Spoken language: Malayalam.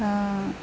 ആ